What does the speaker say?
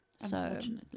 unfortunately